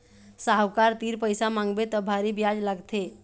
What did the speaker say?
साहूकार तीर पइसा मांगबे त भारी बियाज लागथे